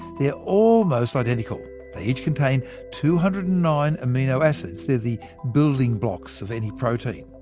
they're almost identical they each contain two hundred and nine amino acids, the the building blocks of any protein.